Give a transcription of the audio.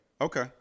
Okay